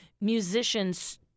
musicians